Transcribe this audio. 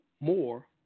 more